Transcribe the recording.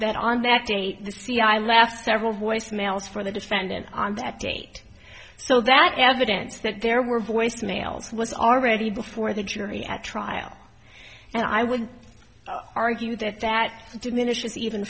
that on that date the c i last several voice mails for the defendant on that date so that evidence that there were voice mails was already before the jury at trial and i would argue that that diminishes even